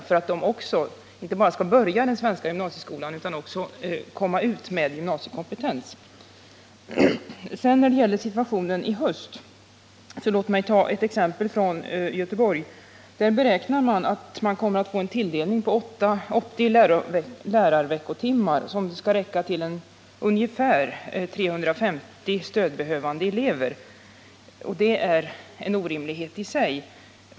Annars är risken stor att de börjar i gymnasieskolan och slutar utan att ha gjort färdigt sina studier och utan att få gymnasiekompetens. När det gäller situationen i höst vill jag ge exempel från Göteborg. Där beräknar man att man kommer att få en tilldelning på 80 lärarveckotimmar, som skall räcka till ungefär 350 stödbehövande elever. Det är en orimlighet i sig.